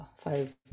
five